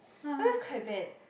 oh that's quite bad